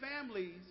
families